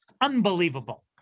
unbelievable